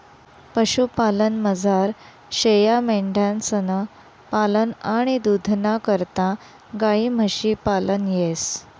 पशुपालनमझार शेयामेंढ्यांसनं पालन आणि दूधना करता गायी म्हशी पालन येस